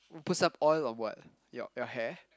put some oil on what your your hair